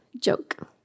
joke